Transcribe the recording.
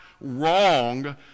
wrong